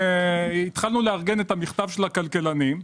התחלנו לארגן את מכתב הכלכלנים.